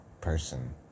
person